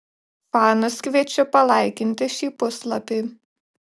fanus kviečiu palaikinti šį puslapį